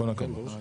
כול הכבוד.